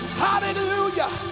hallelujah